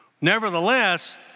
Nevertheless